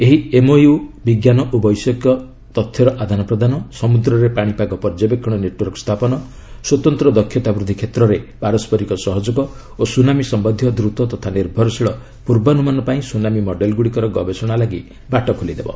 ଏହି ଏମ୍ଓୟୁ ବିଜ୍ଞାନ ଓ ବୈଷୟିକ ତଥ୍ୟର ଆଦାନପ୍ରଦାନ ସମୁଦ୍ରରେ ପାଣିପାଗ ପର୍ଯ୍ୟବେକ୍ଷଣ ନେଟ୍ୱର୍କ ସ୍ଥାପନ ସ୍ୱତନ୍ତ୍ର ଦକ୍ଷତା ବୃଦ୍ଧି କ୍ଷେତ୍ରରେ ପାରସ୍କରିକ ସହଯୋଗ ଓ ସୁନାମି ସମ୍ଭନ୍ଧୀୟ ଦ୍ରୁତ ତଥା ନିର୍ଭରଶୀଳ ପୂର୍ବାନୁମାନ ପାଇଁ ସୁନାମି ମଡେଲ୍ ଗୁଡ଼ିକର ଗବେଷଣା ଲାଗି ବାଟ ଖୋଲିଦେବ